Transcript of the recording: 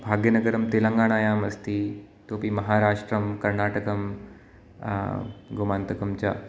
भाग्यनगरं तेलङ्गाणायाम् अस्ति इतोपि महाराष्ट्रं कर्णाटकं गोमान्तकं च